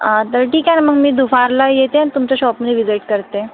तर ठीक आहे ना मग मी दुपारला येते आणि तुमच्या शॉपमध्ये विजिट करते